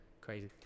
Crazy